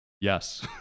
Yes